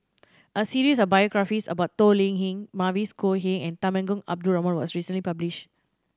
a series of biographies about Toh Liying Mavis Khoo Oei and Temenggong Abdul Rahman was recently published